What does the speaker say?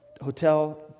hotel